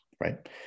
right